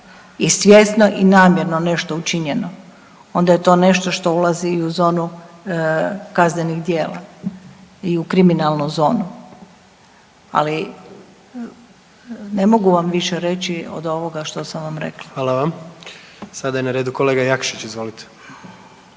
i svjesno i namjerno nešto učinjeno, onda je to nešto što ulazi i u zonu kaznenih djela i u kriminalnu zonu. Ali, ne mogu vam više reći od ovoga što sam vam rekla. **Jandroković, Gordan (HDZ)** Hvala vam. Sada je na redu kolega Jakšić, izvolite.